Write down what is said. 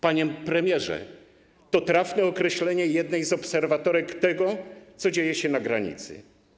Panie premierze, to trafne określenie jednej z obserwatorek tego, co dzieje się na granicy.